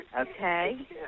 Okay